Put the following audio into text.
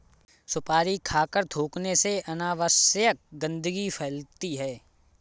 सुपारी खाकर थूखने से अनावश्यक गंदगी फैलती है